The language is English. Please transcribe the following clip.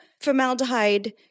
formaldehyde